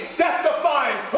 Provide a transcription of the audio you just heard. death-defying